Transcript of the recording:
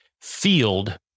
field